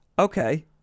okay